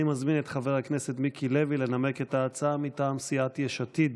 אני מזמין את חבר הכנסת מיקי לוי לנמק את ההצעה מטעם סיעת יש עתיד,